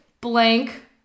blank